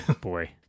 boy